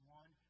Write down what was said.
one